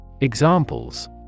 Examples